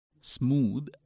smooth